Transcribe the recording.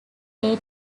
aid